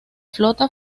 flota